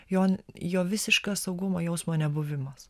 jo jo visiškas saugumo jausmo nebuvimas